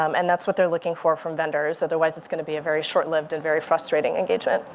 um and that's what they're looking for from vendors. otherwise it's going to be a very short-lived and very frustrating engagement.